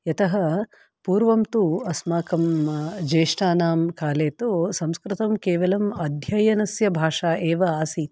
यतः पूर्वं तु अस्माकं जेष्ठानां काले तु संस्कृतं केवलम् अध्ययनस्य भाषा एव आसीत्